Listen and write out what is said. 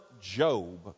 Job